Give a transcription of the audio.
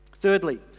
Thirdly